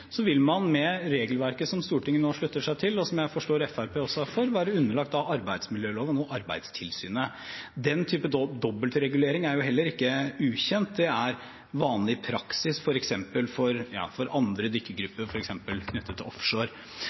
så vil man med regelverket som Stortinget nå slutter seg til, og som jeg forstår Fremskrittspartiet også er for, da være underlagt arbeidsmiljøloven og Arbeidstilsynet. Den type dobbeltregulering er heller ikke ukjent, det er vanlig praksis for andre dykkergrupper, f.eks. knyttet til offshore.